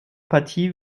partie